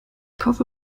kaufe